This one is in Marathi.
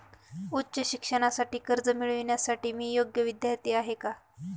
उच्च शिक्षणासाठी कर्ज मिळविण्यासाठी मी योग्य विद्यार्थी आहे का?